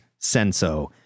Senso